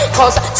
Cause